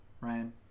Ryan